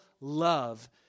love